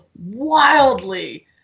wildly